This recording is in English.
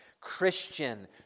Christian